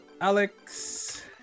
Alex